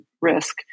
risk